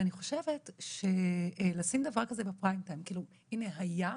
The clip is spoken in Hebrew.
אני חושבת שלשים דבר כזה בפריים טיים, הינה היה,